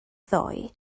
ddoe